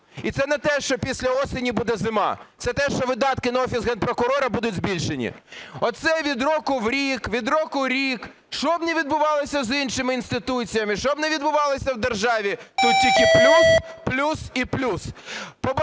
і це не те, що після осені буде зима, це те, що видатки на Офіс Генпрокурора будуть збільшені. Оце від року в рік, від року в рік, щоб не відбувалося з іншими інституціями, щоб не відбувалося в державі, тут тільки плюс, плюс і плюс.